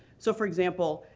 so for example,